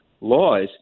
laws